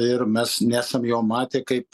ir mes nesam jo matę kaip